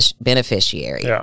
beneficiary